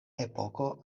epoko